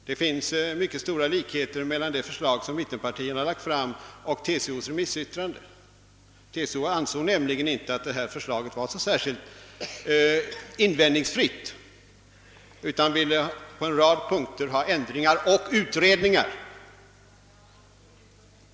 Det finns mycket stora likheter mellan det förslag mittenpartierna lagt fram och TCO:s remissyttrande. TCO ansåg nämligen inte detta förslag särskilt invändningsfritt utan ville på en rad punkter ha ändringar och utredningar.